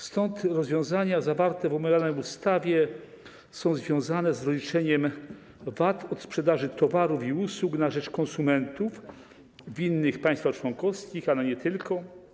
Stąd rozwiązania zawarte w omawianej ustawie są związane z rozliczaniem VAT od sprzedaży towarów i usług na rzecz konsumentów w innych państwach członkowskich, ale nie tylko.